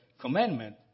commandment